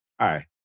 Hi